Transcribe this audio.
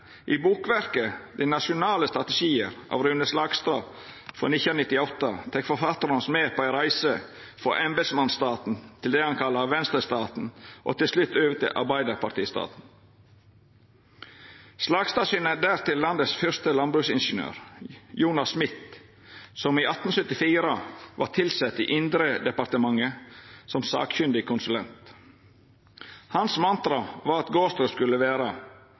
I bokverket «De nasjonale strateger» av Rune Slagstad frå 1998 tek forfattaren oss med på ei reise frå embetsmannsstaten til det han kallar Venstre-staten og til slutt over til Arbeidarparti-staten. Slagstad syner der til den fyrste landbruksingeniøren i landet, Jonas Smitt, som i 1874 vart tilsett i Indredepartementet som sakkunnig konsulent. Hans mantra var at gardsdrift skulle vera